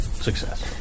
success